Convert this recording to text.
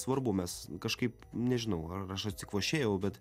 svarbu mes kažkaip nežinau ar aš atsikvošėjau bet